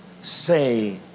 say